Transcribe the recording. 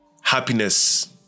happiness